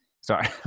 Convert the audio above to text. sorry